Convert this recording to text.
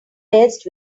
best